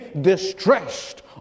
distressed